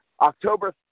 October